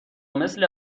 مثل